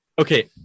Okay